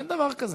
אין דבר כזה.